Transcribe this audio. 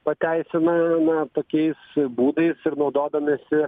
pateisina na tokiais būdais ir naudodamiesi